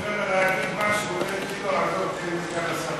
אני סיימתי.